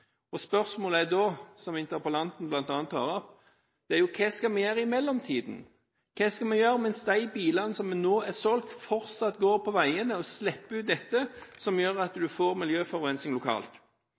Spørsmålet, som interpellanten bl.a. tar opp, er da: Hva skal vi gjøre i mellomtiden? Hva skal vi gjøre mens de bilene som nå er solgt, fortsatt går på veiene og slipper ut dette som gjør at